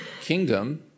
kingdom